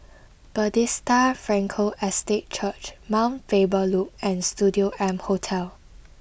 Bethesda Frankel Estate Church Mount Faber Loop and Studio M Hotel